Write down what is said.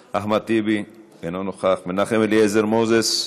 נוכחת, אחמד טיבי, אינו נוכח, מנחם אליעזר מוזס,